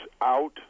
out